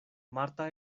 marta